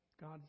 God